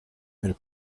ils